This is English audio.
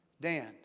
Dan